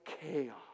chaos